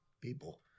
people